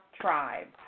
tribe